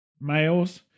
males